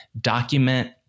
document